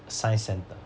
science centre